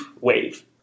wave